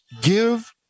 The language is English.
give